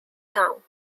town